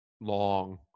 long